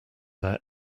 their